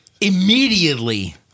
immediately